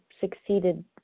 succeeded